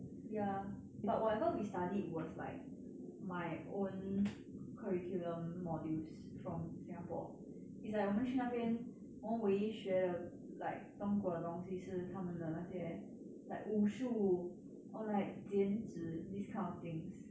ya but whatever we studied was like my own curriculum modules from singapore it's like 我们去那边我们唯一学的中国的东西是他们的那些 like 武术 or like 剪纸 these kind of things